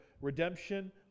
redemption